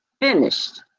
finished